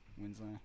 Winslow